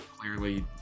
clearly